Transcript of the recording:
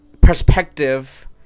perspective